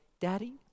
Daddy